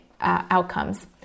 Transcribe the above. outcomes